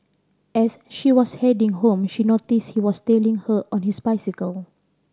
as she was heading home she noticed he was tailing her on his bicycle